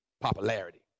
popularity